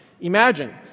Imagine